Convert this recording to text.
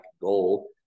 goal